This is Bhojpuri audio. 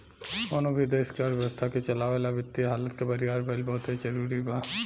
कवनो भी देश के अर्थव्यवस्था के चलावे ला वित्तीय हालत के बरियार भईल बहुते जरूरी बा